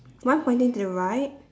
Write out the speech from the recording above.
one pointing to the right